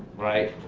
right?